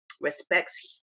respects